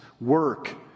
work